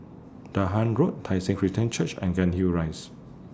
Dahan Road Tai Seng Christian Church and Cairnhill Rise